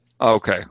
Okay